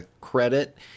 credit